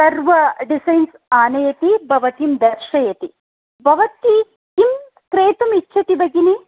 सर्वं डिसैन्स् आनयति भवतीं दर्शयति भवती किं क्रेतुमिच्छति भगिनि